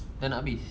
nak habis